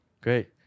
Great